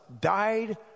died